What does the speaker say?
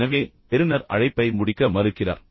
எனவே பெறுநர் அழைப்பை முடிக்க மறுக்கிறார்